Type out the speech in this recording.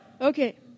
Okay